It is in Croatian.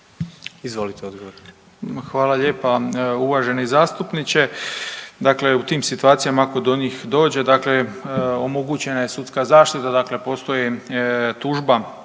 Ivan (HDZ)** Hvala lijepa. Uvaženi zastupniče, dakle u tim situacijama ako do njih dođe, dakle omogućena je sudska zaštita. Dakle, postoji tužba